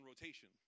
rotation